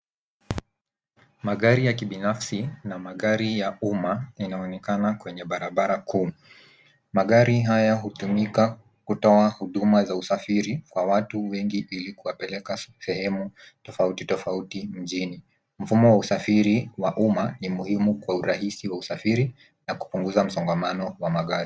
Magari ya kibinafsi na magari ya umma yanaonekana kwenye barabara kuu. Magari haya hutumika kutoa huduma za usafiri kwa watu wengi ili kuwapeleka sehemu tofauti tofauti mjini. Mfumo wa usafiri wa umma ni muhimu kwa urahisi wa usafiri na kupunguza msongamano wa magari.